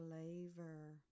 flavor